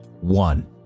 One